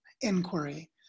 inquiry